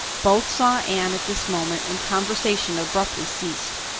both saw anne at this moment and conversation abruptly ceased.